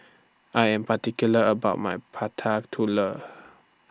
I Am particular about My Prata Telur